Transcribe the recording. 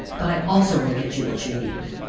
but i also want to get you what you need.